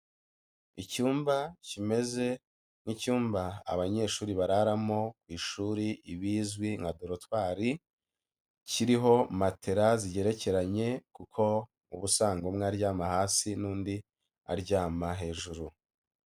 Icyumba kimeze nk'icyumba abanyeshuri bararamo ku ishuri ibizwi nka dortoir kiriho matelas zigerekeranye kuko uba usanga umwe aryama hasi n'undi aryama hejuru.